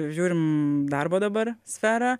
žiūrim darbo dabar sferą